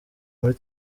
muri